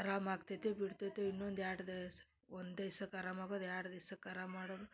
ಅರಾಮು ಆಗ್ತೈತೋ ಬಿಡ್ತೈತೊ ಇನ್ನೊಂದು ಎರಡು ದಿವ್ಸ ಒಂದಿವ್ಸಕ್ಕೆ ಆರಾಮಾಗೋದು ಎರಡು ದಿವ್ಸಕ್ಕೆ ಆರಾಮು ಮಾಡೋದು